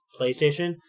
PlayStation